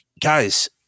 guys